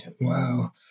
wow